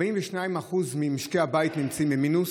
42% ממשקי הבית נמצאים במינוס,